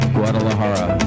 Guadalajara